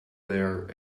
there